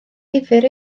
difyr